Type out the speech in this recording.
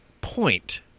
point